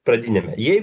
pradiniame jei